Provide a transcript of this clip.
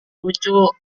lucu